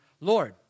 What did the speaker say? Lord